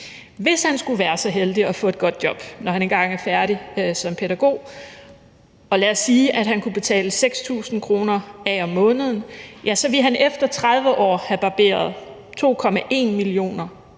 Hvis han skulle være så heldig at få et godt job, når han engang er færdig som pædagog, og lad os sige, at han kunne betale 6.000 kr. af om måneden, så ville han efter 30 år have barberet 2,1 mio.